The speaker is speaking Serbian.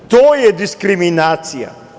To je diskriminacija.